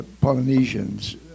Polynesians